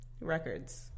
Records